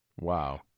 Wow